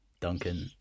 Duncan